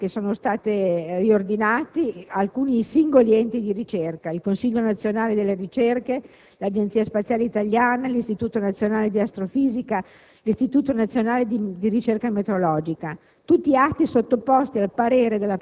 È in virtù di questa riforma che sono stati riordinati alcuni singoli enti di ricerca: il Consiglio nazionale delle ricerche, l'Agenzia spaziale italiana, l'Istituto nazionale di astrofisica e l'Istituto nazionale di ricerca metrologica.